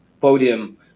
podium